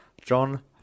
John